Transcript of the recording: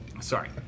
Sorry